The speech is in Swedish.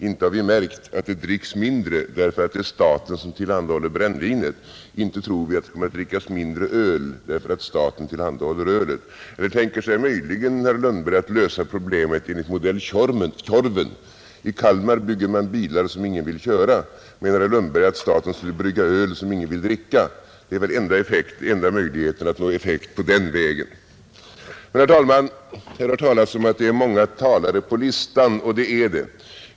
Inte har vi märkt att det dricks mindre därför att det är staten som tillhandahåller brännvinet, och inte tror vi att det kommer att drickas mindre öl därför att staten tillhandahåller ölet. Eller tänker sig möjligen herr Lundberg att lösa problemet enligt modell Tjorven? I Kalmar bygger man bilar som ingen vill köra. Menar herr Lundberg att staten skulle brygga öl som ingen vill dricka? Det är väl enda möjligheten att nå effekt på den vägen. Herr talman! Här har sagts att det är många talare på listan, och det är riktigt.